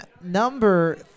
number